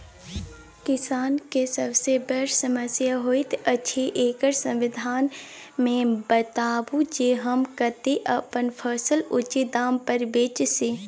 किसान के सबसे बर समस्या होयत अछि, एकरा संबंध मे बताबू जे हम कत्ते अपन फसल उचित दाम पर बेच सी?